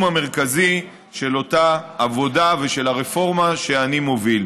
המרכזי של אותה עבודה ושל הרפורמה שאני מוביל.